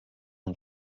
und